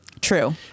true